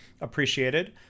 appreciated